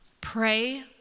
Pray